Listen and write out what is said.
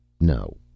No